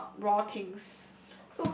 raw raw things